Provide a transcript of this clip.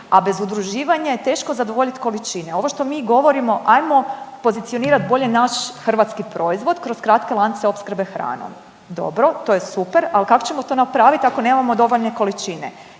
a bez udruživanja je teško zadovoljit količine. Ovo što mi govorimo ajmo pozicionirat bolje naš hrvatski proizvod kroz kratke lance opskrbe hranom, dobro to je super, al kak ćemo to napravit ako nemamo dovoljne količine